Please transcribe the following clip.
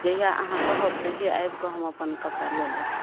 जहिआ अहाँ कहब तहिए आबि कऽ हम अपन कपड़ा लऽ लेब